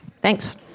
Thanks